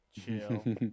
Chill